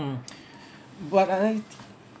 mm but I